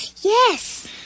Yes